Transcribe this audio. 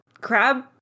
crab